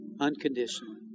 Unconditional